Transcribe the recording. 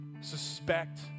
suspect